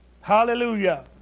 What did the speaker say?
Hallelujah